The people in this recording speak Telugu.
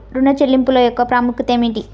ఋణ చెల్లింపుల యొక్క ప్రాముఖ్యత ఏమిటీ?